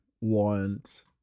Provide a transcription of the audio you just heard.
want